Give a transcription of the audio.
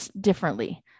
differently